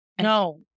No